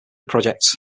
projects